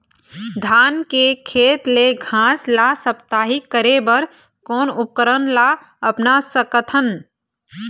धान के खेत ले घास ला साप्ताहिक करे बर कोन उपकरण ला अपना सकथन?